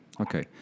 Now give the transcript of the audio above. Okay